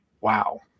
wow